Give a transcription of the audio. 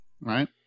right